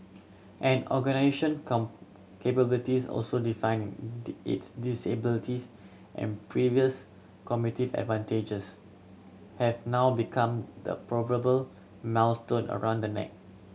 an capabilities also define its disabilities and previous competitive advantages have now become the proverbial millstone around the neck